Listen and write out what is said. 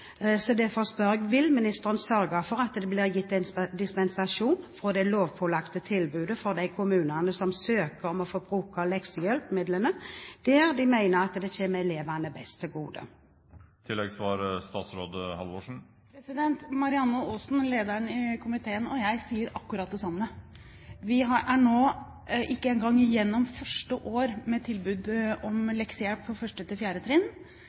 Derfor spør jeg: Vil ministeren sørge for at det blir gitt en dispensasjon fra det lovpålagte tilbudet for de kommunene som søker om å få bruke leksehjelpmidlene der de mener at det kommer elevene best til gode? Marianne Aasen, lederen i komiteen, og jeg sier akkurat det samme. Vi er nå ikke engang gjennom første år med tilbud om leksehjelp for 1.–4. trinn. Det er selvsagt sånn at dette fungerer litt forskjellig i ulike kommuner og på